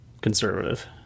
conservative